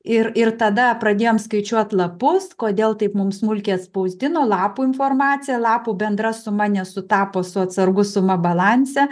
ir ir tada pradėjom skaičiuot lapus kodėl taip mums smulkiai spausdino lapų informaciją lapų bendra suma nesutapo su atsargų suma balanse